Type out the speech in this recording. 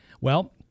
Well-